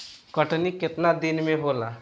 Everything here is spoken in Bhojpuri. कटनी केतना दिन में होला?